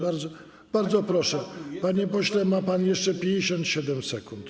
Bardzo proszę, panie pośle, ma pan jeszcze 57 sekund.